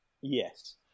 Yes